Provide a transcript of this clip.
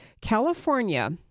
California